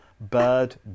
bird